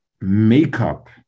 makeup